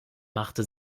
machte